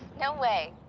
no way.